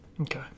Okay